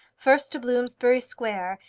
first to bloomsbury square,